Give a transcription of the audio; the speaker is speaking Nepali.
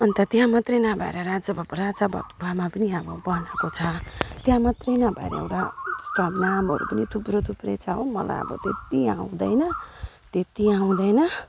अन्त त्यहाँ मात्र नभएर राजाभात खावामा हाम्रो बनाएको छ त्यहाँ मात्र नभएर नामहरू एउटा जस्तो अब पनि थुप्रै थुप्रै छ हो मलाई अब त्यति आउँदैन त्यति आउँदैन